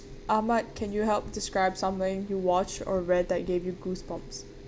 ahmad can you help describe something you watched or read that gave you goosebumps